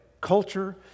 culture